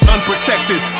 Unprotected